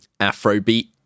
Afrobeat